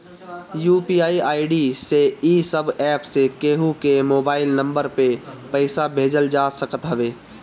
UPI ID से इ सब एप्प से केहू के मोबाइल नम्बर पअ पईसा भेजल जा सकत हवे